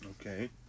Okay